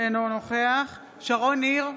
אינו נוכח שרון ניר,